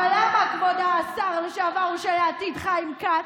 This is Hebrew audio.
אבל למה, כבוד השר לשעבר ולעתיד חיים כץ?